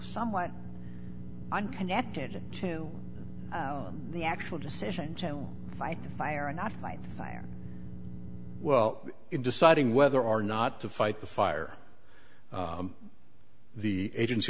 somewhat unconnected to the actual decision joan fight the fire and i fight fire well in deciding whether or not to fight the fire the agency